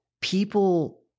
people